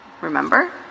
Remember